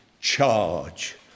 charge